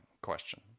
question